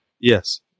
Yes